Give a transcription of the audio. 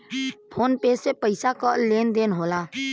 phone पे से पइसा क लेन देन होला